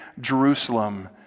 Jerusalem